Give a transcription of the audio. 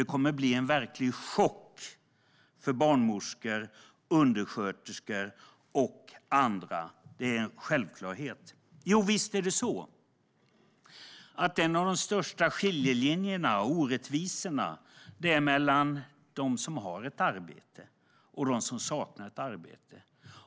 Det kommer att bli en verklig chock för barnmorskor, undersköterskor och andra. Det är en självklarhet. Visst är det så att en av de största skiljelinjerna och orättvisorna finns mellan dem som har ett arbete och dem som saknar ett arbete.